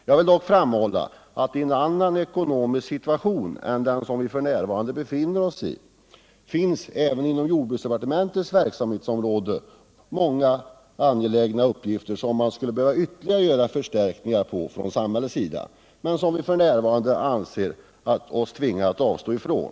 Jag vill dock framhålla att det i en annan ekonomisk situation än den som vi f. n. befinner oss i även inom jordbruksdepartementets verksamhetsområde finns många områden, där det skulle behövas ytterligare insatser från samhällets sida men som vi f. n. anser oss tvingade att avstå från.